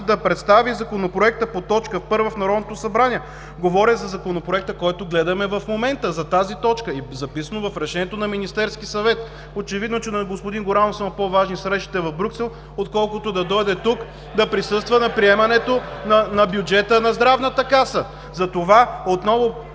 да представи Законопроекта по точка първа в Народното събрание.“ Говоря за Законопроекта, който гледаме в момента, за тази точка. Записана е в решението на Министерския съвет. Очевидно, че на господин Горанов са му по-важни срещите в Брюксел, отколкото да дойде тук да присъства на приемането на бюджета на Здравната каса. (Възгласи от ГЕРБ.)